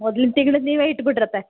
ಮೊದ್ಲಿನ ತಿಂಗಳು ನೀವೇ ಇಟ್ಬುಡ್ರತೆ